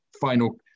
Final